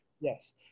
Yes